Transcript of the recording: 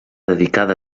dedicada